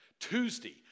Tuesday